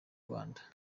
rwanda